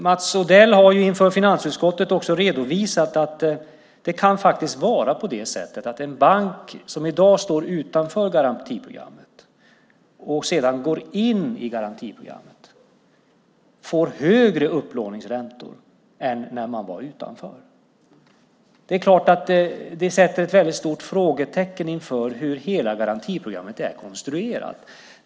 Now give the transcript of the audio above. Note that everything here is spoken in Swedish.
Mats Odell har inför finansutskottet också redovisat att det kan vara på det sättet att en bank som i dag står utanför garantiprogrammet och sedan går in i garantiprogrammet får högre upplåningsräntor än när den var utanför. Det är klart att det sätter ett väldigt stort frågetecken inför hur hela garantiprogrammet är konstruerat.